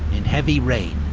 in heavy rain,